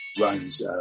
runs